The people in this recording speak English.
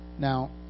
Now